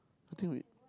I think we